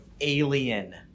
alien